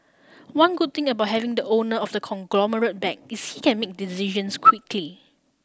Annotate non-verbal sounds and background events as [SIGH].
one good thing about having the owner of the conglomerate back is he can make decisions [NOISE] quickly